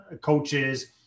coaches